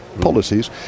policies